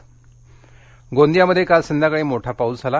गोंदिया गोंदियामध्ये काल संध्याकाळी मोठा पाऊस झाला